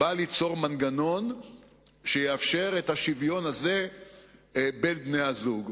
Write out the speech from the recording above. בא ליצור מנגנון שיאפשר את השוויון הזה בין בני-הזוג.